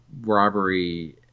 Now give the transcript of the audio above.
robbery